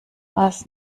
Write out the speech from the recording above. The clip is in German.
was